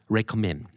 Recommend